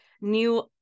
new